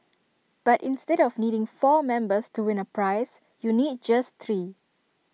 but instead of needing four numbers to win A prize you need just three